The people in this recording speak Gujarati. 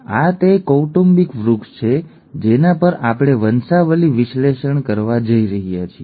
આ તે કૌટુંબિક વૃક્ષ છે જેના પર આપણે વંશાવલિ વિશ્લેષણ કરવા જઈ રહ્યા છીએ